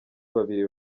babiri